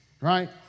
right